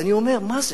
ואני אומר: מה זה?